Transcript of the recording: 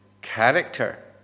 character